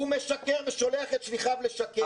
הוא משקר ושולח את שליחיו לשקר.